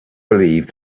believe